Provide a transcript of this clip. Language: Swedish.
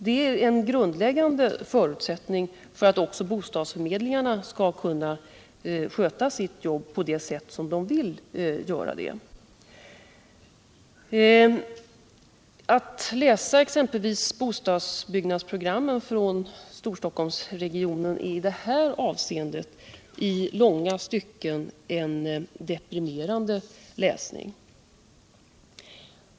Det är en grundläggande förutsättning för att också bostadsförmedlingarna skall kunna sköta sitt jobb på det sätt som de vill göra det. Bostadsbyggnadsprogrammen för Storstockholmsregionen i det avseendet är i långa stycken en deprimerande läsning.